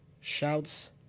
Shouts